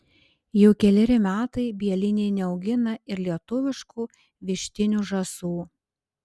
jau keleri metai bieliniai neaugina ir lietuviškų vištinių žąsų